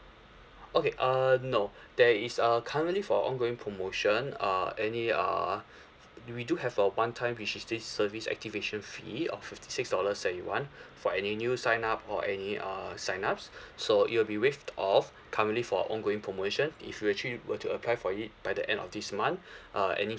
okay uh no there is uh currently for ongoing promotion uh any uh we do have a one time which is this service activation fee of fifty six dollars that you want for any new sign up or any uh sign ups so it will be waived off currently for ongoing promotion if you actually were to apply for it by the end of this month uh any